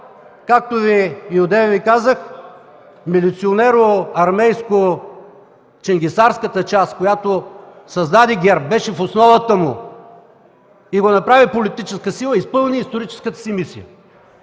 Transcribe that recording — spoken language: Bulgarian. Както и одеве Ви казах, милиционеро-армейско-ченгесарската част, която създаде ГЕРБ, беше в основата му и го направи политическа сила, изпълни историческата си мисия!